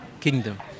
kingdom